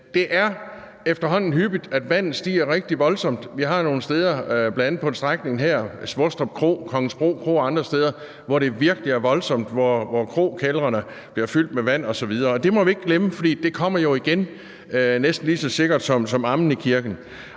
Det er efterhånden hyppigt, at vandet stiger rigtig voldsomt. Vi har nogle steder, bl.a. på en strækning her Svostrup Kro – Kongensbro Kro og andre steder, hvor det virkelig er voldsomt, og hvor krokældrene bliver fyldt med vand osv., og det må vi ikke glemme, fordi det jo kommer igen næsten lige så sikkert som amen i kirken.